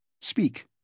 Speak